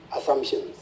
assumptions